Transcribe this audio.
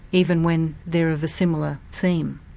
even when they are of a similar theme.